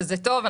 שזה טוב.